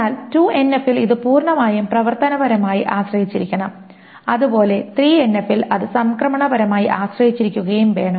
എന്നാൽ 2NF ൽ ഇത് പൂർണ്ണമായും പ്രവർത്തനപരമായി ആശ്രയിച്ചിരിക്കണം അതുപോലെ 3NF ൽ അത് സംക്രമണപരമായി ആശ്രയിച്ചിരിക്കുകയും വേണം